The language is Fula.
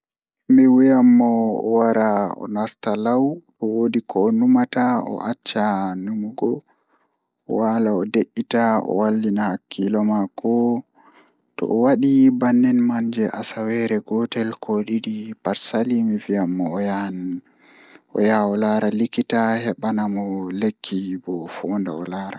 Mi wiyan mo o wara o nasta law to woodi ko o numata o acca numugo o wala o de'ita o wallina hakkilo mako to owadi bannin mai jei asaweerer gotel pat sali sei mi wiya mo o yaha o laara likita hebana mo lekki bo ofonda o laara